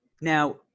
Now